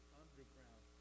underground